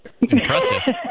impressive